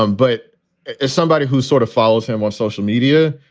um but as somebody who sort of follows him on social media,